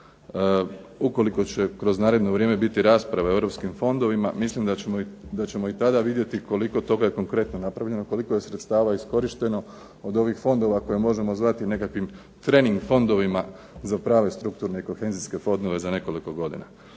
Ukoliko će kroz naredno vrijeme biti rasprave o europskim fondovima mislim da ćemo i tada vidjeti koliko toga je konkretno napravljeno, koliko sredstava je iskorišteno od ovih fondova koje možemo zvati nekakvim trening fondovima za prave strukturne i kohezijske fondove za nekoliko godina.